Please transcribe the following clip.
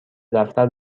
دفتر